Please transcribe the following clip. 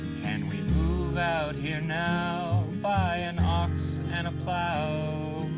can we move out here now? buy an ox and a plow